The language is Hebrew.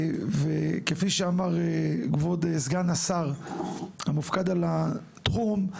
וכפי שאמר כבוד סגן השר המופקד על התחום,